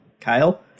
Kyle